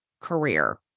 career